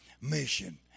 mission